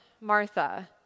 Martha